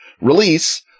release